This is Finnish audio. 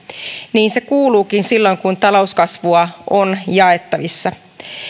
niin se kuuluukin silloin kun talouskasvua on jaettavissa